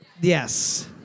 Yes